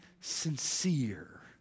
sincere